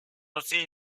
aussi